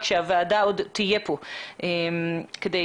עת הוועדה עוד תהיה כאן לפני הפגרה